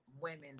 women